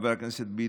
חבר הכנסת ביטון,